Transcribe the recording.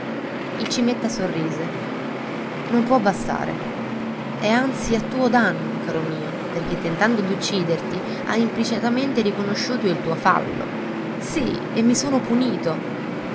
bastare il cimetta sorrise non può bastare è anzi a tuo danno caro mio perché tentando d'ucciderti hai implicitamente riconosciuto il tuo fallo sì e mi sono punito